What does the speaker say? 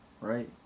right